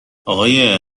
آقای